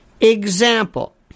example